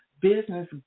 business